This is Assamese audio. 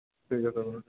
ঠিক আছে